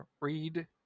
read